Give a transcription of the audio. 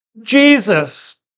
Jesus